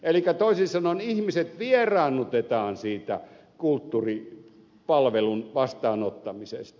elikkä toisin sanoen ihmiset vieraannutetaan siitä kulttuuripalvelun vastaanottamisesta